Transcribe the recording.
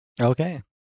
Okay